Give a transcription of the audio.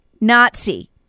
Nazi